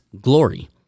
glory